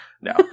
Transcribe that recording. No